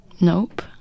Nope